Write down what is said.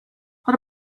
what